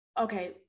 Okay